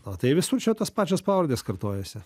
o tai visur čia tos pačios pavardės kartojasi